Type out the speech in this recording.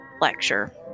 lecture